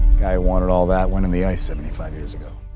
guy wanted all that went in the ice seventy five years ago